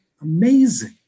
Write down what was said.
amazing